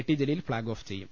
ടിജലീൽ flag off ചെയ്യും